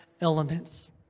elements